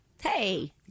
Hey